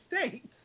States